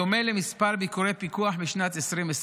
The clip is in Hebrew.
בדומה למספר ביקורי הפיקוח בשנת 2023,